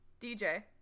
DJ